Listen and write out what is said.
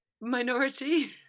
minority